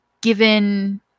given